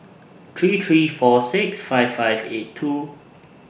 three three four six five five eight two